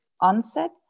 onset